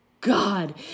God